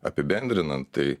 apibendrinant tai